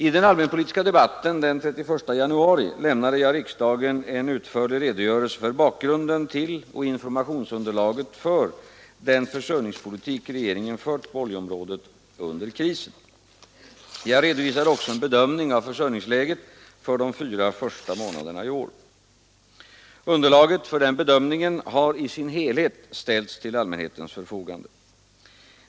I den allmänpolitiska debatten den 31 januari lämnade jag riksdagen en utförlig redogörelse för bakgrunden till och informationsunderlaget för den försörjningspolitik regeringen fört på oljeområdet under krisen. Jag redovisade också en bedömning av försörjningsläget för de fyra första månaderna i år. Underlaget för denna bedömning har i sin helhet ställts till allmänhetens förfogande.